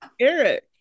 Eric